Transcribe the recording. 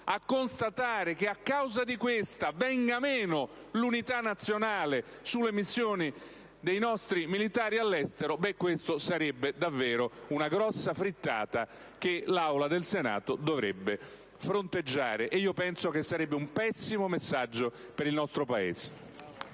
a constatare che a causa di tale decisione venga meno l'unità nazionale sulle missioni dei nostri militari all'estero, sarebbe davvero una grossa frittata che l'Assemblea del Senato dovrebbe fronteggiare; e penso che sarebbe un pessimo messaggio per il nostro Paese.